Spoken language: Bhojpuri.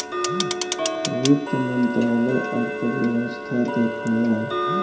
वित्त मंत्रालय अर्थव्यवस्था देखला